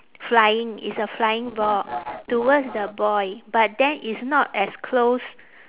flying it's a flying ball towards the boy but then it's not as close